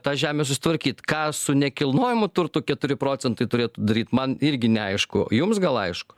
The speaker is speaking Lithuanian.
tą žemę susitvarkyt ką su nekilnojamu turtu keturi procentai turėtų daryt man irgi neaišku jums gal aišku